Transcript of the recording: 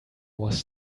was